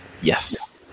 Yes